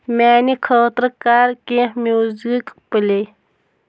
میٛانہِ خٲطرٕ کَر کیٚنٛہہ میوٗزِک پٕلے